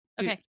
Okay